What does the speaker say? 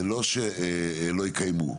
זה לא שלא יקיימו,